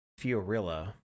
Fiorilla